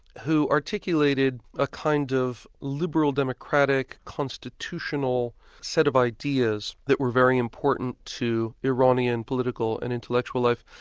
who articulated a kind of liberal democratic constitutional set of ideas that were very important to iranian political and intellectual life.